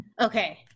Okay